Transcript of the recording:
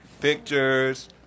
Pictures